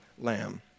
lamb